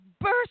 burst